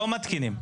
לא מתקינים.